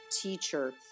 teacher